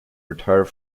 retired